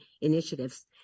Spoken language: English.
initiatives